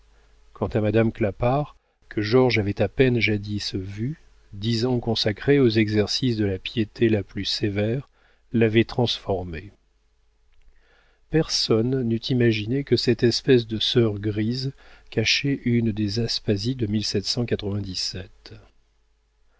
quant à madame clapart que georges avait à peine jadis vue dix ans consacrés aux exercices de la piété la plus sévère l'avaient transformée personne n'eût imaginé que cette espèce de sœur grise cachait une des aspasies de